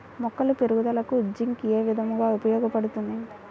మొక్కల పెరుగుదలకు జింక్ ఏ విధముగా ఉపయోగపడుతుంది?